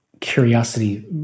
curiosity